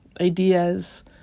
ideas